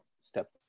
step